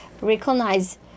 recognize